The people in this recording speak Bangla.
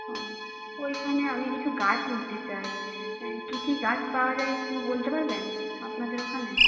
ও ওইখানে আমি কিছু গাছ নিতে চাই কী কী গাছ পাওয়া যায় একটু বলতে পারবেন আপনাদের ওখানে